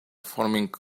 forming